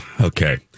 Okay